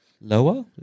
Lower